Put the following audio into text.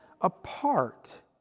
apart